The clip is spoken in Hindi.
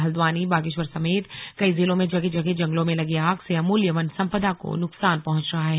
हल्द्वानी बागेश्वर समेत कई जिलों में जगह जगह जंगलों में लगी आग से अमूल्य वन संपदा को नुकसान पहुंच रहा है